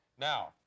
Now